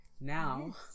now